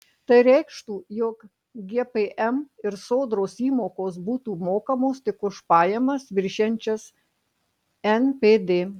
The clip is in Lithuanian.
tai reikštų jog gpm ir sodros įmokos būtų mokamos tik už pajamas viršijančias npd